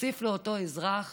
נוסיף לאותו אזרח